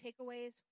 takeaways